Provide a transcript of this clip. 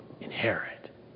inherit